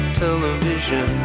television